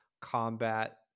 combat